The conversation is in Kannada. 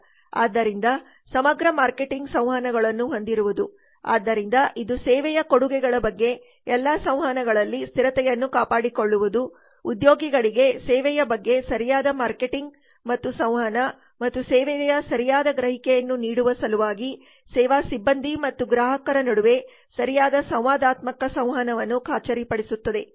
ಆದ್ದರಿಂದ ಸಮಗ್ರ ಮಾರ್ಕೆಟಿಂಗ್ ಸಂವಹನಗಳನ್ನು ಹೊಂದಿರುವುದು ಆದ್ದರಿಂದ ಇದು ಸೇವೆಯ ಕೊಡುಗೆಗಳ ಬಗ್ಗೆ ಎಲ್ಲಾ ಸಂವಹನಗಳಲ್ಲಿ ಸ್ಥಿರತೆಯನ್ನು ಕಾಪಾಡಿಕೊಳ್ಳುವುದು ಉದ್ಯೋಗಿಗಳಿಗೆ ಸೇವೆಯ ಬಗ್ಗೆ ಸರಿಯಾದ ಮಾರ್ಕೆಟಿಂಗ್ ಮತ್ತು ಸಂವಹನ ಮತ್ತು ಸೇವೆಯ ಸರಿಯಾದ ಗ್ರಹಿಕೆಯನ್ನು ನೀಡುವ ಸಲುವಾಗಿ ಸೇವಾ ಸಿಬ್ಬಂದಿ ಮತ್ತು ಗ್ರಾಹಕರ ನಡುವೆ ಸರಿಯಾದ ಸಂವಾದಾತ್ಮಕ ಸಂವಹನವನ್ನು ಖಾತರಿಪಡಿಸುತ್ತದೆ